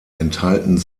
enthalten